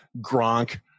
Gronk